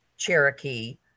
Cherokee